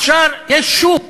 יש שוק